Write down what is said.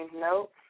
Nope